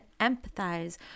empathize